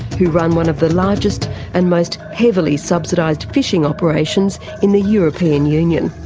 who run one of the largest and most heavily subsidised fishing operations in the european union.